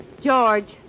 George